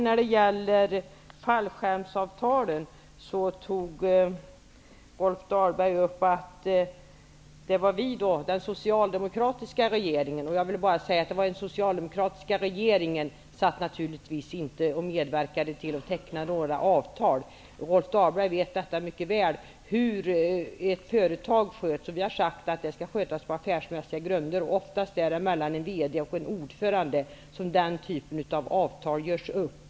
När det gäller fallskärmsavtalen, nämnde Rolf Dahlberg att dessa kom till under den socialdemokratiska regeringens tid. Den socialdemokratiska regeringen medverkade naturligtvis inte till att teckna några avtal. Rolf Dahlberg vet mycket väl hur ett företag sköts. Vi har sagt att det skall skötas på affärsmässiga grunder. Den typen av avtal görs oftast upp mellan en VD och en ordförande.